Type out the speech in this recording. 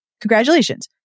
Congratulations